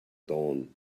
dawn